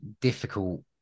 difficult